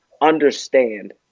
understand